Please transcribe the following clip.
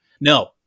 No